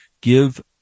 give